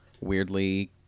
weirdly